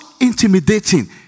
intimidating